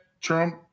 Trump